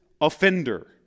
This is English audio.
offender